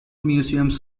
museums